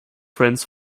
friends